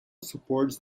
supports